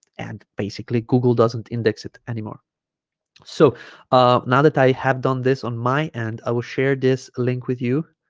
and basically google doesn't index it anymore so ah now that i have done this on my end i will share this link with you